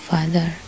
Father